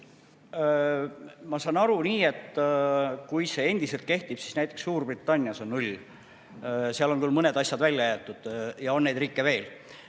Ma saan aru, kui see endiselt kehtib, et näiteks Suurbritannias on null. Seal on küll mõned asjad välja jäetud. Ja neid riike on veel.